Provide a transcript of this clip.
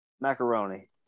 Macaroni